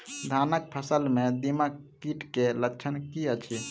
धानक फसल मे दीमक कीट केँ लक्षण की अछि?